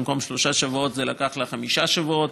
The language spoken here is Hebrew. במקום שלושה שבועות זה לקח לה חמישה שבועות.